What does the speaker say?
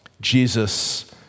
Jesus